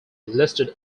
listed